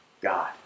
God